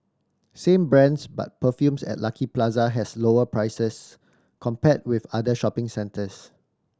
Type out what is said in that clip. same brands but perfumes at Lucky Plaza has lower prices compared with other shopping centres